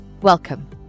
Welcome